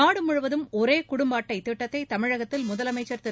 நாடு முழுவதும் ஒரே குடும்ப அட்டை திட்டத்தை தமிழகத்தில் முதலமைச்சர் திரு